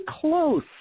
close